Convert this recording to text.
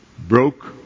Broke